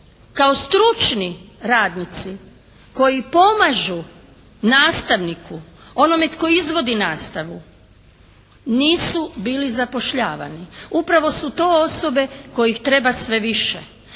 kao stručni radnici koji pomažu nastavniku, onome tko izvodi nastavu nisu bili zapošljavani. Upravo su to osobe kojih treba sve više.